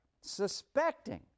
suspecting